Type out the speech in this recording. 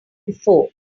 before